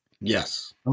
Yes